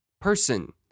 person